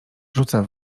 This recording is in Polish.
rzuca